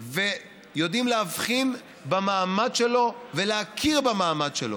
ויודעים להבחין במעמד שלו ולהכיר במעמד שלו,